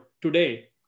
today